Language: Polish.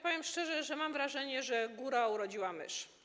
Powiem szczerze, że mam wrażenie, że góra urodziła mysz.